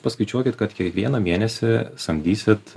paskaičiuokit kad kiekvieną mėnesį samdysit